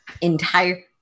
Entire